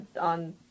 on